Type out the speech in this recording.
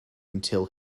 until